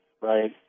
right